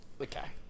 okay